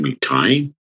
time